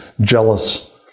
jealous